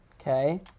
Okay